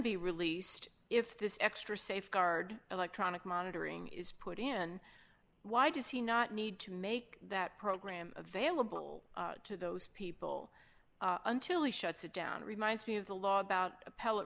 be released if this extra safeguard electronic monitoring is put in why does he not need to make that program available to those people until he shuts it down reminds me of the law about appell